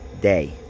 day